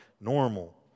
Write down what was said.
normal